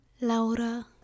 Laura